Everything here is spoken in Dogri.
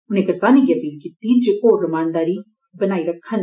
उनें करसानें गी अपील कीती ऐ जे ओह् रमानदारी बनाई रक्खन